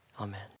Amen